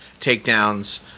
takedowns